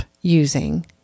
using